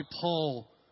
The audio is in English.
Paul